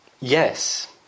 Yes